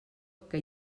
que